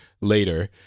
later